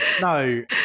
No